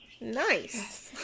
Nice